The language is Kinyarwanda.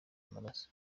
amaraso